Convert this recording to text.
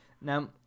Now